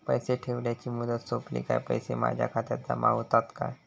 पैसे ठेवल्याची मुदत सोपली काय पैसे माझ्या खात्यात जमा होतात काय?